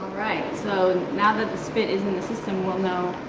alright, so now that the spit is in the system, we'll know.